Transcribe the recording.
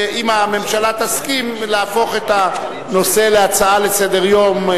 אם הממשלה תסכים, להפוך את הנושא להצעה לסדר-היום.